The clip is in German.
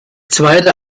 zweiter